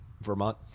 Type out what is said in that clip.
Vermont